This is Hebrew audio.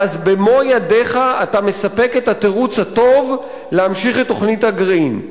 ואז במו-ידיך אתה מספק את התירוץ הטוב להמשיך את תוכנית הגרעין,